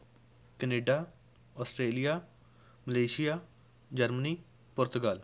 Canada Australia Malaysia Germany Portugal